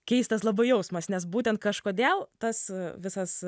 keistas labai jausmas nes būtent kažkodėl tas visas